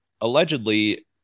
allegedly